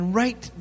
right